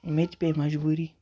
مےٚ تہِ پے مَجبوٗری